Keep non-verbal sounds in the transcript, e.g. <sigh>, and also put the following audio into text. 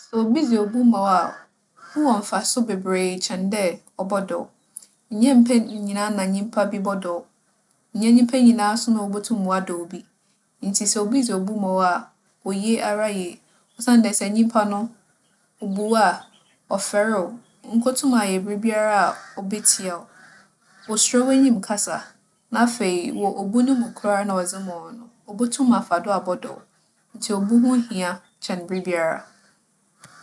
<noise> Sɛ obi dze obu ma wo a, ho wͻ mfaso beberee kyɛn dɛ ͻbͻdͻ wo. Nnyɛ mpɛn nyina na nyimpa bi bͻdͻ wo. Nnyɛ nyimpa nyina so na wobotum wͻadͻ obi. Ntsi sɛ obi dze obu ma wo a, oye ara yie. Osiandɛ sɛ nyimpa no, obu wo a, <noise> ͻfɛr wo. Onnkotum ayɛ biribiara a <noise> obetsia <noise> wo. <noise> <noise> Osuro <noise> w'enyim kasa, na afei, wͻ obu <noise> no mu koraa na ͻdze ma wo no, obotum afa do abͻdͻ wo. Ntsi obu ho hia kyɛn biribiara. <noise>